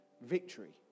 victory